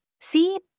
See